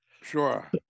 sure